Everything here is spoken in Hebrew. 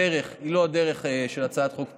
הדרך היא לא דרך של הצעת חוק פרטית,